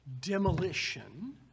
demolition